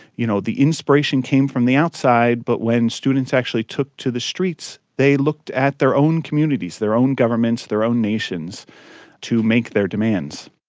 you know, the inspiration came from the outside, but when students actually took to the streets they looked at their own communities, their own governments, their own nations to make their demands.